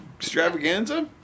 Extravaganza